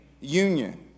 union